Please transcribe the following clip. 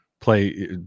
play